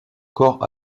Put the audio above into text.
corps